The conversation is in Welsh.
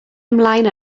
ymlaen